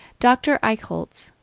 dr. eichholtz,